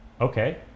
okay